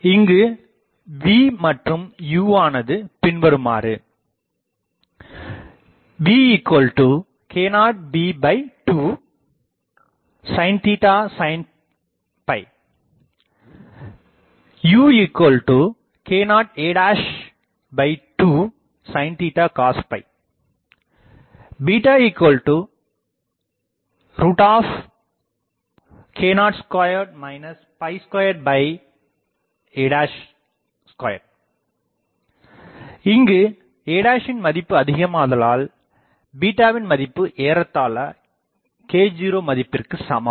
இங்கு v மற்றும் u ஆனது பின்வருமாறு vk0b2 sin sin uk0a2 sin cos k02 2a212 இங்கு a யின் மதிப்பு அதிகமாதலால் வின் மதிப்பு ஏறத்தாழ k0 மதிப்பிற்கு சமம்